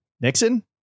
Nixon